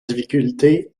difficulté